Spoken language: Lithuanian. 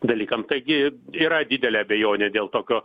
dalykam taigi yra didelė abejonė dėl tokio